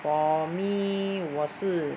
for me 我是